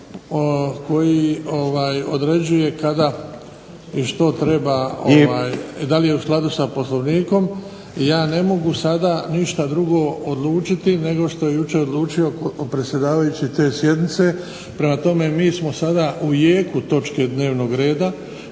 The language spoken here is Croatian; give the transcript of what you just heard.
koji određuje kada i što treba da li je u skladu sa Poslovnikom i ja ne mogu sada ništa drugo odlučiti nego što je jučer odlučio predsjedavajući te sjednice. Prema tome, mi smo sada u jeku točke dnevnog reda